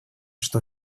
что